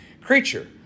creature